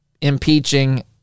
impeaching